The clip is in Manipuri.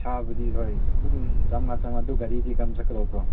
ꯄꯩꯁꯥꯕꯨꯗꯤ ꯍꯣꯏ ꯑꯗꯨꯝ ꯆꯥꯝꯉꯥ ꯆꯥꯝꯉꯥ ꯑꯗꯨ ꯒꯥꯔꯤꯗꯤ ꯀꯔꯝ ꯆꯠꯀꯗꯧꯕ꯭ꯔꯣ